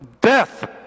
Death